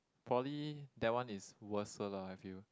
poly that one is worser lah I feel